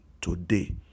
today